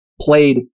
Played